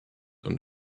und